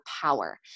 power